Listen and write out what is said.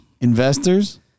Investors